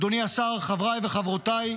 אדוני השר, חבריי וחברותיי,